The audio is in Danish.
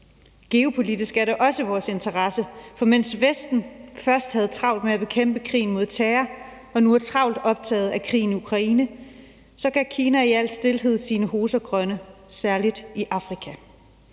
geopolitisk er det også i vores interesse, for mens Vesten først havde travlt med at kæmpe krigen mod terror og nu er travlt optaget af krigen i Ukraine, gør Kina i al stilhed sine hoser grønne, særlig i Afrika.